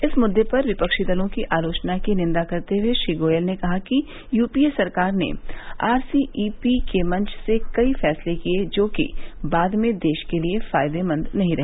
इस मुद्दे पर विपक्षी दलों की आलोचना की निंदा करते हुए श्री गोयल ने कहा कि यूपीए सरकार ने आर सी ई पी के मंच से कई फैसले किए जो कि बाद में देश के लिए फायदेमंद नहीं रहे